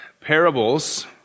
parables